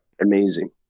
Amazing